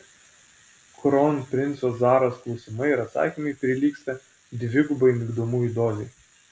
kronprinco zaros klausimai ir atsakymai prilygsta dvigubai migdomųjų dozei